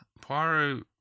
Poirot